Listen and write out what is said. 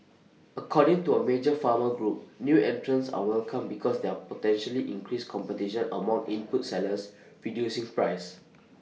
according to A major farmer group new entrants are welcome because they're potentially increase competition among input sellers reducing prices